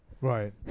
Right